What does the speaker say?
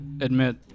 admit